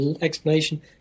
explanation